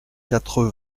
quatre